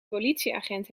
politieagent